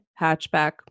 hatchback